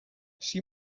she